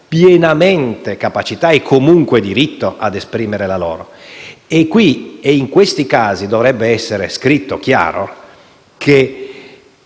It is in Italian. pienamente capacità e comunque diritto ad esprimere la loro opinione e in questi casi dovrebbe essere scritto chiaramente